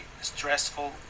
stressful